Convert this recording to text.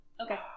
Okay